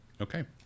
okay